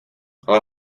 ale